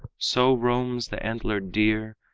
so roams the antlered deer,